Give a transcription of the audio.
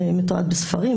זה מתועד בספרים,